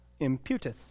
Imputeth